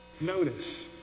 notice